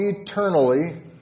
eternally